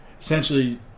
essentially